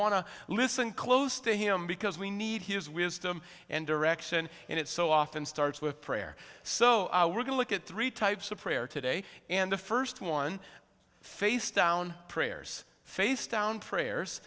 to listen close to him because we need his wisdom and direction and it so often starts with prayer so we're going to look at three types of prayer today and the first one face down prayers face down prayers